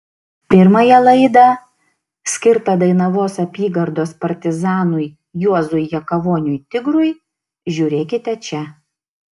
pirmąją laidą skirtą dainavos apygardos partizanui juozui jakavoniui tigrui žiūrėkite čia